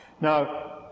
now